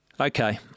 Okay